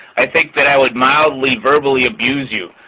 i think that i would mildly verbally abuse you.